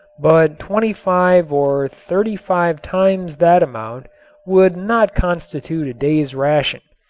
but twenty-five or thirty-five times that amount would not constitute a day's ration,